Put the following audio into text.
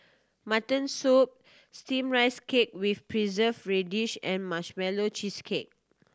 mutton soup Steamed Rice Cake with Preserved Radish and Marshmallow Cheesecake